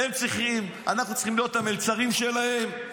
אנחנו צריכים להיות המלצרים שלהם,